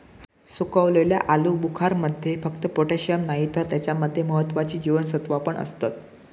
सुखवलेल्या आलुबुखारमध्ये फक्त पोटॅशिअम नाही तर त्याच्या मध्ये महत्त्वाची जीवनसत्त्वा पण असतत